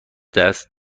دست